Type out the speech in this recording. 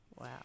Wow